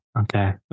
Okay